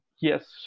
yes